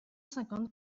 cinquante